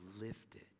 lifted